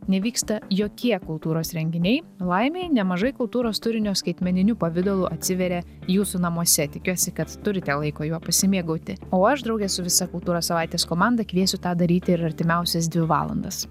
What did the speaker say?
nevyksta jokie kultūros renginiai laimei nemažai kultūros turinio skaitmeniniu pavidalu atsiveria jūsų namuose tikiuosi kad turite laiko juo pasimėgauti o aš drauge su visa kultūra savaitės komanda kviesiu tą daryti ir artimiausias dvi valandas